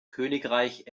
königreich